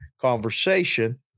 conversation